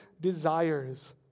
desires